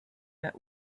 met